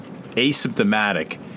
asymptomatic